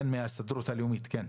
נציג ההסתדרות הלאומית, בבקשה.